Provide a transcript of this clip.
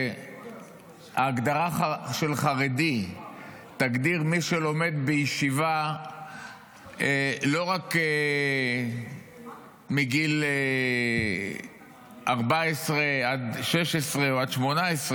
שההגדרה של חרדי תגדיר מי שלומד בישיבה לא רק מגיל 14 עד 16 או עד 18,